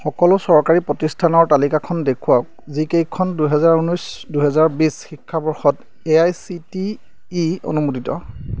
সকলো চৰকাৰী প্ৰতিষ্ঠানৰ তালিকাখন দেখুৱাওক যিকেইখন দুহেজাৰ ঊনৈছ দুহেজাৰ বিছ শিক্ষাবৰ্ষত A I C T E অনুমোদিত